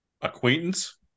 acquaintance